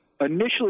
initially